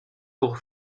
pour